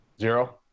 Zero